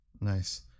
Nice